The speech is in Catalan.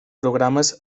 programes